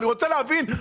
אני רוצה להבין.